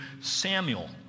Samuel